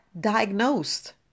diagnosed